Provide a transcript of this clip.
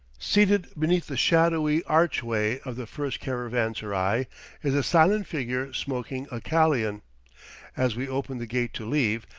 seated beneath the shadowy archway of the first caravanserai is a silent figure smoking a kalian as we open the gate to leave,